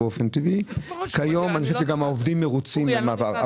אני חושב שכיום גם העובדים מרוצים מהמעבר.